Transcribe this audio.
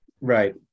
Right